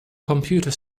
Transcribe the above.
computer